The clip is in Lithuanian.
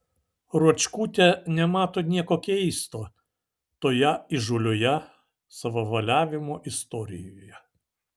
ruočkutė nemato nieko keisto toje įžūlioje savavaliavimo istorijoje